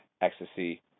ecstasy